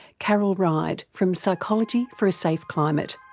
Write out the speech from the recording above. carol ride from psychology for a safe climate.